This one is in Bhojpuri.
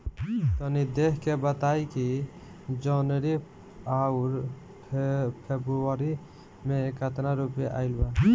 तनी देख के बताई कि जौनरी आउर फेबुयारी में कातना रुपिया आएल बा?